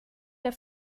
der